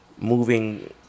moving